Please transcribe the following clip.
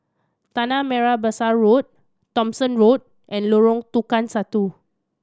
Tanah Merah Besar Road Thomson Road and Lorong Tukang Satu